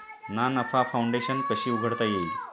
ना नफा फाउंडेशन कशी उघडता येईल?